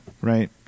right